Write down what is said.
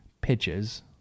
pitches